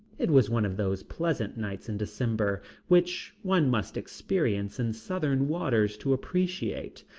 it was one of those pleasant nights in december, which one must experience in southern waters to appreciate,